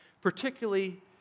particularly